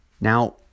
Now